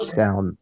down